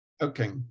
Okay